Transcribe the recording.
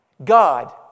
God